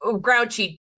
grouchy